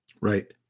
Right